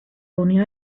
unió